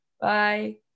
Bye